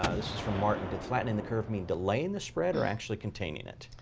ah this is from martin. did flattening the curve mean delaying the spread or actually containing it?